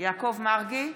יעקב מרגי,